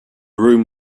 room